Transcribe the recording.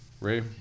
Ray